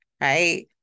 right